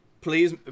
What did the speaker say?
Please